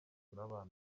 basura